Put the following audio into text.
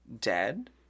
dead